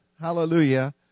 hallelujah